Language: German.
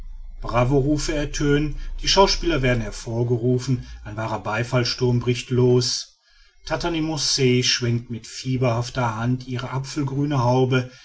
vernichten bravorufe ertönen die schauspieler werden hervorgerufen ein wahrer beifallssturm bricht los tatanmance schwenkt mit fiebernder hand ihre apfelgrüne haube